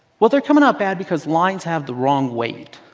well they're coming out bad because lines have the wrong weight.